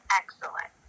excellent